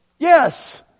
Yes